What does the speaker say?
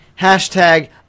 hashtag